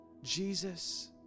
Jesus